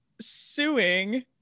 suing